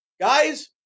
Guys